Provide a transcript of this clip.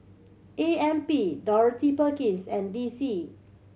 A M P Dorothy Perkins and D C